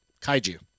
Kaiju